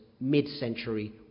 mid-century